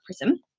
PRISM